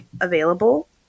available